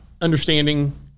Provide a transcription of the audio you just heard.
understanding